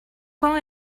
quand